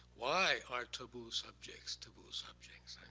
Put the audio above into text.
why are taboo subjects taboo subjects?